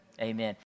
Amen